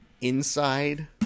inside